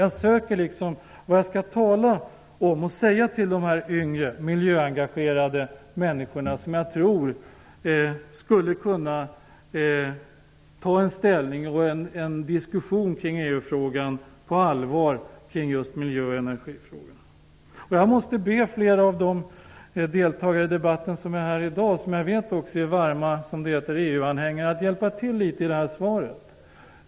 Jag söker orden när jag skall tala till dessa yngre miljöaengagerade människor, som jag tror på allvar skulle kunna ta ställning och föra en diskussion kring just EU och miljö och energifrågorna. Jag måste be fler av de deltagare i debatten som är här i dag och som jag vet är varma EU-anhängare att hjälpa till litet med svaret.